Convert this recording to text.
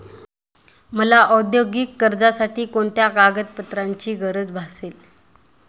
मला औद्योगिक कर्जासाठी कोणत्या कागदपत्रांची गरज भासेल?